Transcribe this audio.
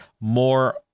more